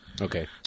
Okay